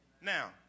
Now